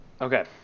Okay